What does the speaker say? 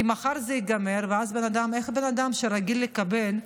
כי מחר זה ייגמר, ואז, איך ישרוד אדם שרגיל לקבל?